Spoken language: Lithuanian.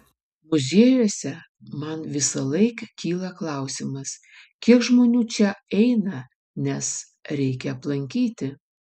muziejuose man visąlaik kyla klausimas kiek žmonių čia eina nes reikia aplankyti